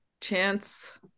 chance